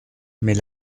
mais